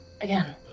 Again